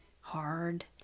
hard